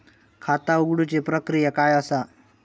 खाता उघडुची प्रक्रिया काय असा?